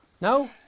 no